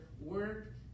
work